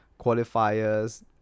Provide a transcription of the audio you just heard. qualifiers